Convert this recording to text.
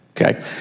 Okay